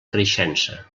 creixença